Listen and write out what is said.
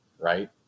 Right